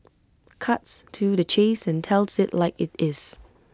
cuts to the chase and tells IT like IT is